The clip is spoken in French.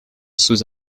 sous